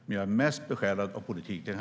Men jag är mest besjälad av politiken.